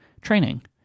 training